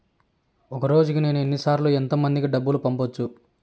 ఒక రోజుకి నేను ఎన్ని సార్లు ఎంత మందికి డబ్బులు పంపొచ్చు?